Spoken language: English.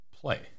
play